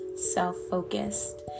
self-focused